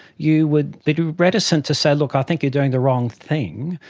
you would be reticent to say, look, i think you're doing the wrong thing,